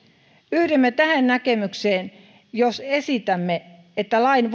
yhdymme tähän näkemykseen ja esitämme että lain